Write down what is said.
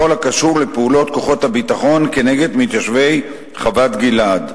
בכל הקשור לפעולות כוחות הביטחון כנגד מתיישבי חוות-גלעד.